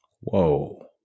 Whoa